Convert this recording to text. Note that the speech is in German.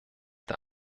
der